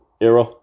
era